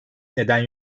neden